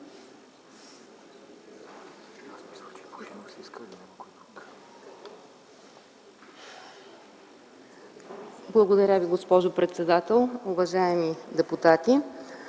Благодаря Ви, госпожо председател. Уважаеми депутати!